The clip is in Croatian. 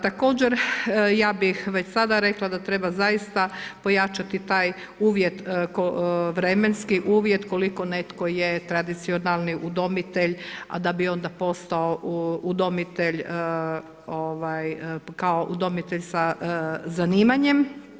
Također, ja bih već sada rekla da treba zaista pojačati taj uvjet, vremenski uvjet koliko netko je tradicionalni udomitelj, a da bi onda postao udomitelj kao udomitelj sa zanimanjem.